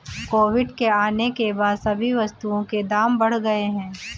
Covid के आने के बाद सभी वस्तुओं के दाम बढ़ गए हैं